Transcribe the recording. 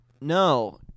no